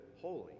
holy